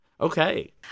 Okay